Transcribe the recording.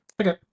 Okay